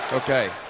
Okay